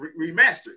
remastered